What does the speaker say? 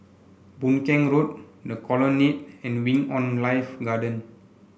Boon Keng Road The Colonnade and Wing On Life Garden